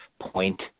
point